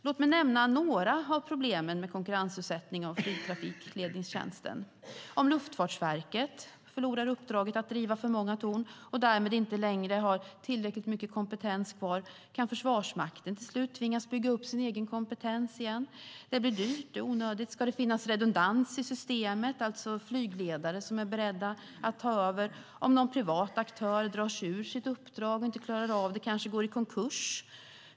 Låt mig nämna några av problemen med konkurrensutsättning av flygtrafikledningstjänsten. Om Luftfartsverket förlorar för många uppdrag att driva torn och därmed inte längre har tillräckligt mycket kompetens kvar kan Försvarsmakten till slut tvingas bygga upp sin egen kompetens igen. Det blir dyrt och är onödigt. Ska det finnas redundans i systemet, alltså flygledare som är beredda att ta över om någon privat aktör inte klarar av sitt uppdrag, drar sig ur det, kanske går i konkurs?